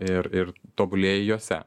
ir ir tobulėji jose